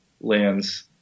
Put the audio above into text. lands